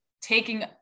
taking